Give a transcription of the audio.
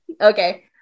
Okay